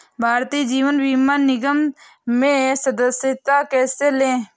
भारतीय जीवन बीमा निगम में सदस्यता कैसे लें?